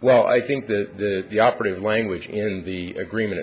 well i think that the operative language in the agreement